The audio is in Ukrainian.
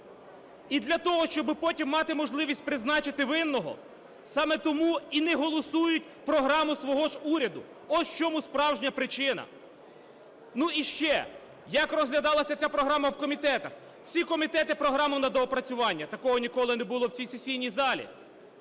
І для того, щоби потім мати можливість призначити винного, саме тому і не голосують програму свого ж уряду. Ось в чому справжня причина. Ну і ще. Як розглядалася ця програма в комітетах. Всі комітети – програму на доопрацювання. Такого ніколи не було в цій сесійній залі.